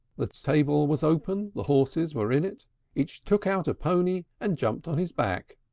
the stable was open the horses were in it each took out a pony, and jumped on his back.